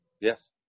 Yes